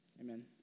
Amen